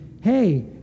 hey